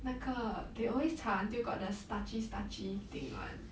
那个 they always 炒 until got the starchy starchy thing [one]